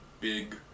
big